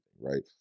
right